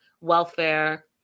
welfare